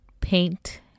paint